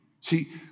See